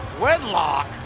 wedlock